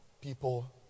people